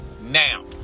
now